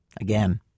again